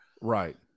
right